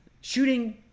Shooting